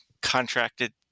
contracted